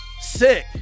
sick